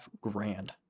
grand